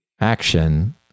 action